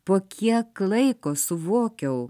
po kiek laiko suvokiau